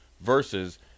versus